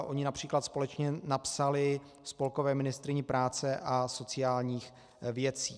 Ony například společně napsaly spolkové ministryni práce a sociálních věcí.